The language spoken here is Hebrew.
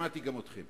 שמעתי גם אתכם,